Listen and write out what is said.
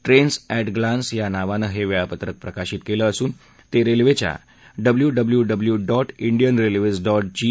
trains at glance या नावानं हे वेळापत्रक प्रकाशित केलं असून ते रेल्वेच्या W W W dot Indian railways dot जी